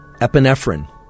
Epinephrine